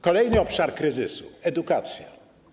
Kolejny obszar kryzysu - edukacja.